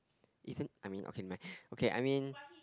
isn't I mean okay never mind okay I mean